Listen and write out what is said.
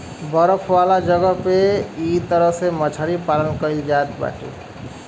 बर्फ वाला जगह पे इ तरह से मछरी पालन कईल जात बाड़े